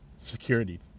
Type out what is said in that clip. security